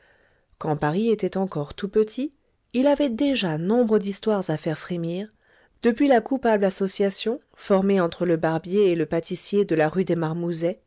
quand paris était encore tout petit il avait déjà nombre d'histoires à faire frémir depuis la coupable association formée entre le barbier et le pâtissier de la rue des marmousets